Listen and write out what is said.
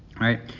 right